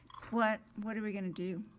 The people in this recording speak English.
what what are we gonna do?